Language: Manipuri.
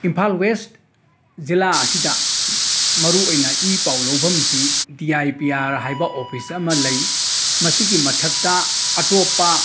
ꯏꯝꯐꯥꯜ ꯋꯦꯁꯠ ꯖꯤꯂꯥ ꯑꯁꯤꯗ ꯃꯔꯨꯑꯣꯏꯅ ꯏ ꯄꯥꯎ ꯂꯧꯕꯝꯁꯤ ꯗꯤ ꯑꯥꯏ ꯄꯤ ꯑꯥꯔ ꯍꯥꯏꯕ ꯑꯣꯐꯤꯁ ꯑꯃ ꯂꯩ ꯃꯁꯤꯒꯤ ꯃꯊꯛꯇ ꯑꯇꯣꯄꯄ